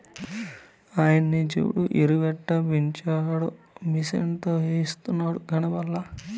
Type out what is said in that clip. ఆయన్ని సూడు ఎరుయెట్టపెంచారో మిసనుతో ఎస్తున్నాడు కనబల్లా